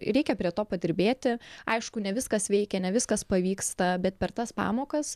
reikia prie to padirbėti aišku ne viskas veikia ne viskas pavyksta bet per tas pamokas